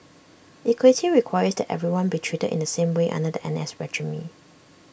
equity requires that everyone be treated in the same way under the N S regime